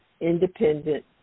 independent